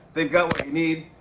they've got what you need.